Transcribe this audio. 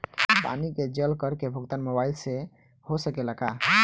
पानी के जल कर के भुगतान मोबाइल से हो सकेला का?